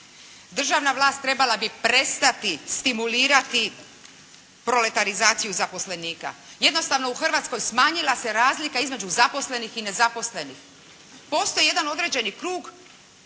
Državna vlast trebala bi prestati stimulirati proletarizaciju zaposlenika. Jednostavno u Hrvatskoj smanjila se razlika između zaposlenih i nezaposlenih. Postoji jedan određeni krug